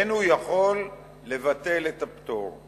אין הוא יכול לבטל את הפטור.